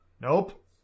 Nope